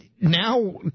now